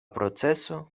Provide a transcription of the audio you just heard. proceso